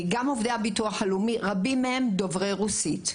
גם רבים מעובדי הביטוח הלאומי הם דוברי רוסית.